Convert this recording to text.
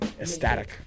ecstatic